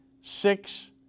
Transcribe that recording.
six